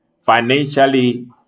financially